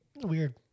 weird